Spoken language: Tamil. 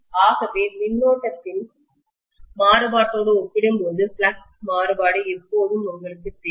ஆகவே மின்னோட்டத்தின்கரண்ட்டின் மாறுபாட்டோடு ஒப்பிடும்போது ஃப்ளக்ஸ் மாறுபாடு எப்போதுமே உங்களுக்குத் தெரியும்